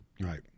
Right